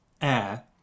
air